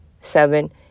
seven